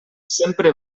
sempre